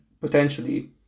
potentially